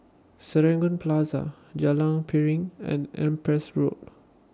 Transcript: Serangoon Plaza Jalan Piring and Empress Road